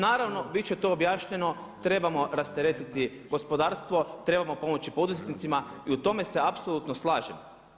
Naravno bit će to objašnjeno trebamo rasteretiti gospodarstvo, trebamo pomoći poduzetnicima i u tome se apsolutno slažem.